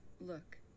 Look